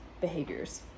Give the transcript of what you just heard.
behaviors